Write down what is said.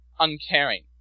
uncaring